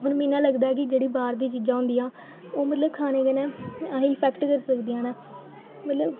हून मिगी इ'यां लगदा कि जेह्ड़ी बाह्र दियां चीज़ां होंदियां ओह् मतलब खाने कन्नै अहें गी एफेक्ट करी सकदियां न मतलब